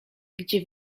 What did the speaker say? gdzie